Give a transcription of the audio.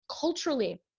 culturally